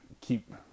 keep